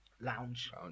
Lounge